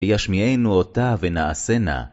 וישמיענו אותה ונעשנה.